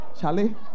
Charlie